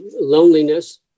loneliness